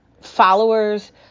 followers